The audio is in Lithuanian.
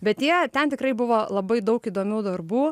bet jie ten tikrai buvo labai daug įdomių darbų